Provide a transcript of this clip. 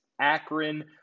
Akron